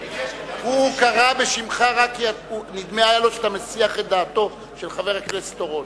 הוא קרא בשמך רק כי נדמה היה לו שאתה מסיח את דעתו של חבר הכנסת אורון.